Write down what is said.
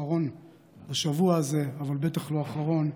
אחרון לשבוע הזה אבל בטח לא האחרון,